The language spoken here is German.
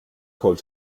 code